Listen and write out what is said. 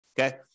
okay